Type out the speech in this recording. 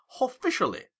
officially